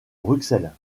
bruxelles